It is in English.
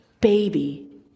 baby